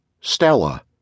Stella